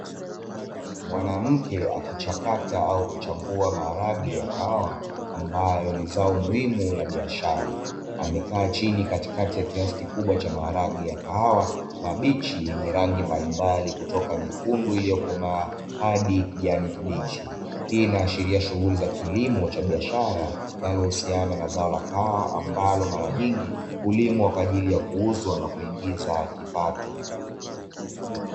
Mwanamke akichakata au kuchambua maharage ya kahwa ambayo ni zao muhimu la biashara, amekaa chini katikati ya kiasi kikubwa cha maharage ya kahawa mabichi yenye rangi mbalimbali kutoka nyekundu iliyokomaa hadi kijani kibichi, hii inaashiria shughuli za kilimo cha biashara linalohusiana na zao la kahawa ambalo mara nyingi hulimwa kwa ajili ya kuuzwa na kuingiza kipato.